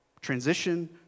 Transition